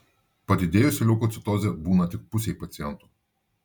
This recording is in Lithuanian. padidėjusi leukocitozė būna tik pusei pacientų